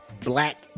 black